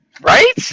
Right